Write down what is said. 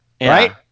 Right